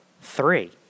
three